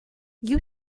you